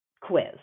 quiz